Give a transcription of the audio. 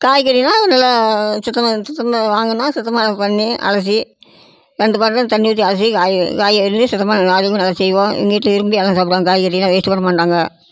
காய்கறினால் அது நல்லா சுத்தமாக சுத்தமாக வாங்கினா சுத்தமாக அதை பண்ணி அலசி ரெண்டு பாட்டில் தண்ணி ஊற்றி அலசி காய் காய வச்சுட்டு சுத்தமாக பண்ணி நல்லா செய்வோம் எங்கள் வீட்டில் விரும்பி அதெல்லாம் சாப்பிடுவாங்க காய்கறியெலாம் வேஸ்ட்டு பண்ண மாட்டாங்க